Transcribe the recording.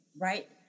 right